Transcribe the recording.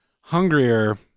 hungrier